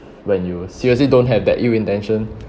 when you seriously don't have that ill intention